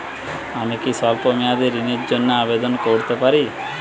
আমি কি স্বল্প মেয়াদি ঋণের জন্যে আবেদন করতে পারি?